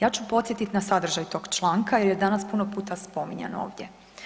Ja ću podsjetit na sadržaj tog članka jer je danas puno puta spominjan ovdje.